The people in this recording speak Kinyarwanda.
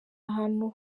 ahantu